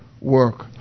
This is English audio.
work